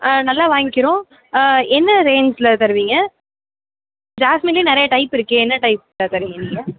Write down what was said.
ஆ நல்லா வாங்கிக்கிறோம் எந்த ரேஞ்சில் தருவீங்க ஜாஸ்மீன்ல நிறைய டைப் இருக்கே எந்த டைப் சார் தருவீங்க நீங்கள்